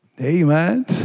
Amen